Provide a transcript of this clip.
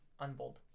unbold